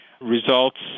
results